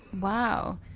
wow